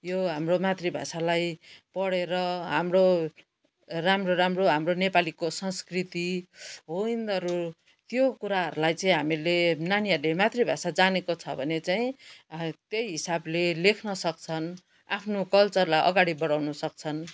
यो हाम्रो मातृभाषालाई पढेर हाम्रो राम्रो राम्रो हाम्रो नेपालीको संस्कृति हो यिनीहरू त्यो कुराहरूलाई चाहिँ हामीले नानीहरूले मातृभाषा जानेको छ भने चागिँ त्यही हिसाबले लेख्न सक्छन् आफ्नो कल्चरलाई अगाडि बडाउनु सक्छन्